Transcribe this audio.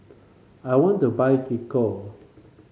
I want to buy Gingko